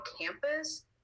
campus